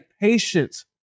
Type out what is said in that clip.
patience